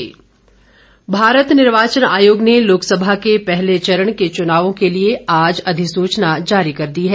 निर्वाचन आयोग अधिसूचना भारत निर्वाचन आयोग ने लोकसभा के पहले चरण के चुनावों के लिए आज अधिसूचना जारी कर दी है